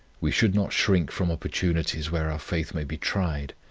we should not shrink from opportunities where our faith may be tried,